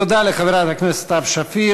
תודה לחברת הכנסת סתיו שפיר.